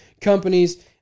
companies